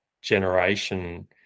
generation